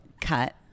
cut